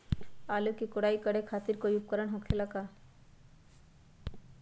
आलू के कोराई करे खातिर कोई उपकरण हो खेला का?